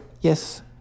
Yes